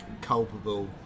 culpable